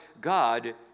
God